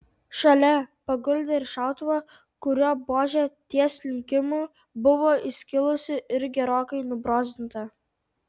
šalia paguldė ir šautuvą kurio buožė ties linkimu buvo įskilusi ir gerokai nubrozdinta